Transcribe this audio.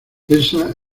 esa